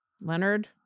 Leonard